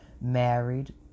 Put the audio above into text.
married